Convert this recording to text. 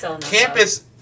Campus